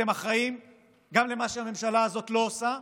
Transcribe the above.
אתם אחראים גם למה שהממשלה הזאת לא עושה,